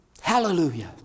Hallelujah